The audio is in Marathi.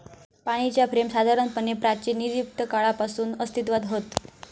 पाणीच्या फ्रेम साधारणपणे प्राचिन इजिप्त काळापासून अस्तित्त्वात हत